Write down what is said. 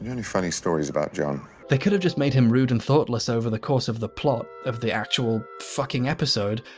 any funny stories about john? they could have just made him rude and thoughtless over the course of the plot of the actual fucking episode.